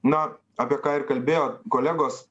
na apie ką ir kalbėjo kolegos